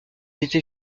était